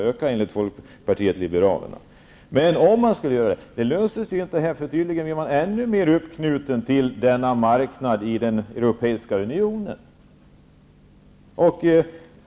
Enligt Folkpartiet liberalerna kanske de skall öka. Men om man skulle göra det kanske detta inte går att lösa, eftersom Sverige tydligen blir ännu mer uppknutet till denna marknad i Europeiska unionen.